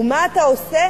ומה אתה עושה?